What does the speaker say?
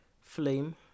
Flame